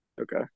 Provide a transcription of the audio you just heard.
Okay